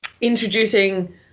introducing